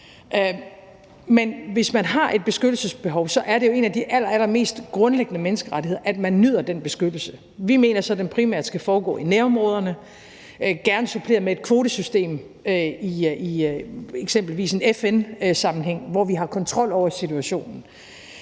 Men hvis man har et beskyttelsesbehov, er det jo en af de allerallermest grundlæggende menneskerettigheder, at man nyder den beskyttelse. Vi mener så, at det primært skal foregå i nærområderne, gerne suppleret med et kvotesystem i eksempelvis FN-sammenhæng, hvor vi har kontrol over situationen.